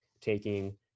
taking